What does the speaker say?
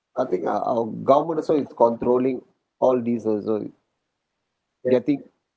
I think uh our government also is controlling all these also getting